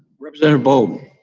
representative bolden?